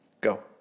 Go